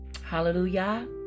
Hallelujah